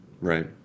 Right